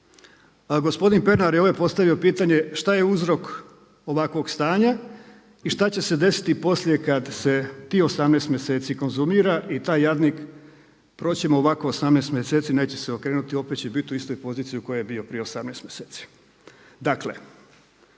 gospodin Penar je ovdje postavio pitanje šta je uzrok ovakvog stanja i šta će se desiti poslije kad se tih 18 mjeseci konzumira i taj jadnik, proći će mu ovako 18 mjeseci, neće se okrenuti, opet će biti u istoj poziciji u kojoj je bio prije 18 mjeseci.